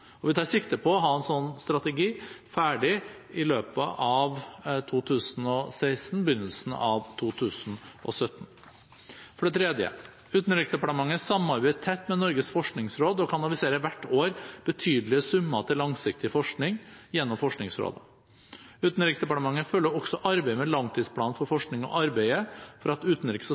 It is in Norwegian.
Vi tar sikte på å ha strategien ferdig i løpet av 2016 eller i begynnelsen av 2017. For det tredje: Utenriksdepartementet samarbeider tett med Norges forskningsråd og kanaliserer hvert år betydelige summer til langsiktig forskning gjennom Forskningsrådet. Utenriksdepartementet følger også arbeidet med langtidsplanen for forskning og arbeider for at utenriks- og